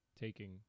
taking